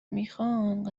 میخان